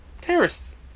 terrorists